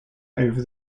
over